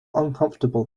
uncomfortable